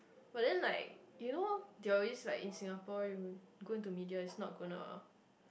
but then like you know they were always right in Singapore you going to media is not gonna